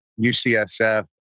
UCSF